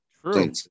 True